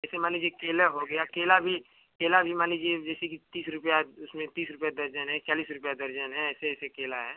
जैसे मान लीजिए केला हो गया केला भी केला भी मान लीजिए जैसे कि तीस रुपया उसमें तीस रुपये दर्जन है एक चालीस रुपया दर्जन है ऐसे ऐसे केला है